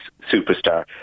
superstar